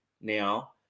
now